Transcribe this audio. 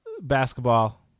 Basketball